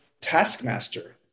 taskmaster